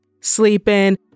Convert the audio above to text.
sleeping